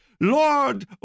Lord